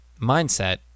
mindset